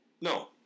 no